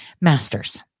masters